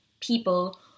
people